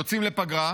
יוצאים לפגרה,